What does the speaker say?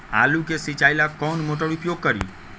आलू के सिंचाई ला कौन मोटर उपयोग करी?